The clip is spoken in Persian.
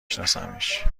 شناسمش